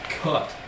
cut